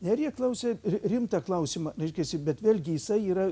nerija klausė rimtą klausimą nu reiškiasi bet vėlgi jisai yra